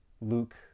Luke